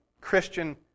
Christian